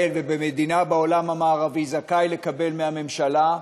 ובמדינה בעולם המערבי זכאי לקבל מהממשלה,